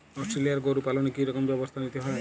Australian গরু পালনে কি রকম ব্যবস্থা নিতে হয়?